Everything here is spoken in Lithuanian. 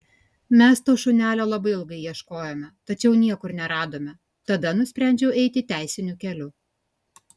mes to šunelio labai ilgai ieškojome tačiau niekur neradome tada nusprendžiau eiti teisiniu keliu